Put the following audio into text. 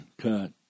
cut